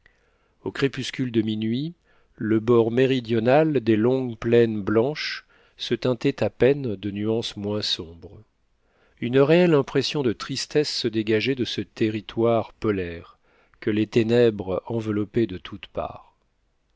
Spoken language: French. au crépuscule de minuit le bord méridional des longues plaines blanches se teintait à peine de nuances moins sombres une réelle impression de tristesse se dégageait de ce territoire polaire que les ténèbres enveloppaient de toutes parts